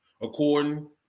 according